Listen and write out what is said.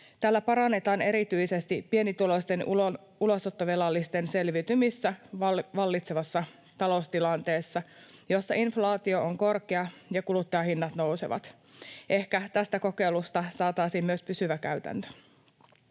Tällä parannetaan erityisesti pienituloisten ulosottovelallisten selviytymistä vallitsevassa taloustilanteessa, jossa inflaatio on korkea ja kuluttajahinnat nousevat. Ehkä tästä kokeilusta saataisiin myös pysyvä käytäntö.